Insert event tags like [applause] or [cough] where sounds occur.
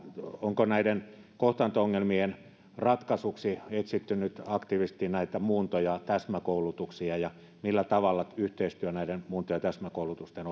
onko näiden kohtaanto ongelmien ratkaisuksi etsitty nyt aktiivisesti näitä muunto ja täsmäkoulutuksia ja millä tavalla yhteistyö näiden muunto ja täsmäkoulutusten [unintelligible]